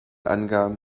angaben